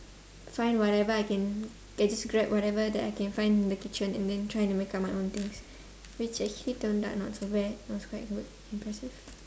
find whatever I can I just grab whatever that I can find in the kitchen and then try to make up my own things which actually turned out not so bad was quite good impressive